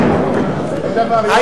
חבר הכנסת פלסנר,